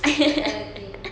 that kind of thing